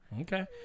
Okay